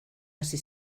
hasi